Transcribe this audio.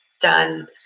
done